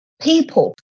people